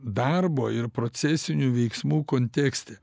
darbo ir procesinių veiksmų kontekste